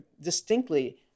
distinctly